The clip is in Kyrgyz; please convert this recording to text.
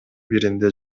биринде